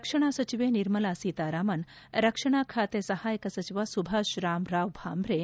ರಕ್ಷಣಾ ಸಚಿವೆ ನಿರ್ಮಲಾ ಸೀತಾರಾಮನ್ ರಕ್ಷಣಾ ಖಾತೆ ಸಹಾಯಕ ಸಚಿವ ಸುಭಾಷ್ ರಾಮ್ರಾವ್ ಭಾವ್ರೆ